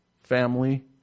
family